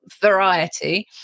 variety